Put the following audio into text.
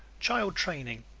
child training